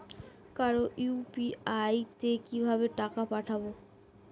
কারো ইউ.পি.আই তে কিভাবে টাকা পাঠাবো?